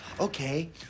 Okay